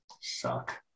suck